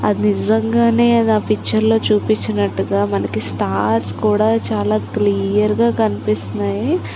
అది నిజంగానే అది ఆ పిక్చర్లో చూపించినట్టుగా మనకి స్టార్స్ కూడా చాలా క్లియర్గా కనిపిస్తున్నాయి